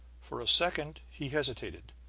for a second he hesitated,